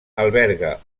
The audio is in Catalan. alberga